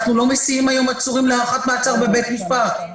אנחנו לא מסיעים היום עצורים להארכת מעצר בבית משפט.